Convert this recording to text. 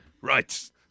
Right